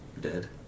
dead